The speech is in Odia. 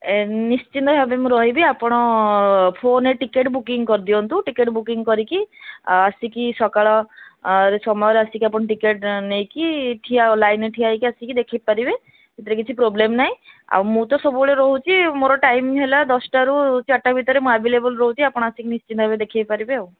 ଏ ନିଶ୍ଚିନ୍ତ ଭାବେ ମୁଁ ରହିବି ଆପଣ ଫୋନରେ ଟିକେଟ ବୁକିଙ୍ଗି କରିଦିଅନ୍ତୁ ଟିକେଟ ବୁକିଙ୍ଗି କରିକି ଆସିକି ସକାଳ ସମୟରେ ଆସିକି ଆପଣ ଟିକେଟ ନେଇକି ଠିଆ ଲାଇନରେ ଠିଆ ହୋଇକି ଆସିକି ଦେଖାଇ ପାରିବେ ସେଥିରେ କିଛି ପ୍ରୋବ୍ଲେମ ନାହିଁ ଆଉ ମୁଁ ତ ସବୁବେଳେ ରହୁଛି ମୋର ଟାଇମ ହେଲା ଦଶଟାରୁ ଚାରିଟା ଭିତରେ ମୁଁ ଆଭେଲେବୁଲ ରହୁଛି ଆପଣ ଆସିକି ନିଶ୍ଚିନ୍ତ ଭାବେ ଦେଖାଇ ପାରିବେ ଆଉ